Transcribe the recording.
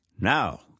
Now